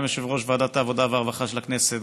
גם יושב-ראש ועדת העבודה והרווחה של הכנסת,